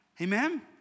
Amen